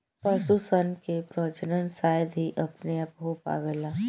पशु सन के प्रजनन शायद ही अपने आप हो पावेला